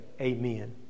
amen